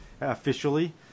officially